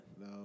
No